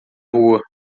rua